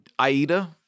Aida